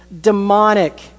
demonic